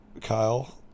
Kyle